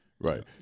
Right